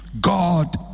God